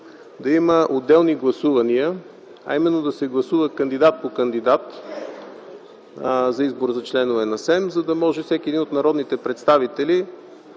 да има отделни гласувания, а именно да се гласува кандидат по кандидат за избор на членове на СЕМ, за да може всеки от народните представители